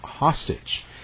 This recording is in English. Hostage